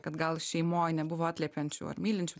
kad gal šeimoj nebuvo atliepiančių ar mylinčių